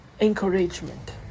encouragement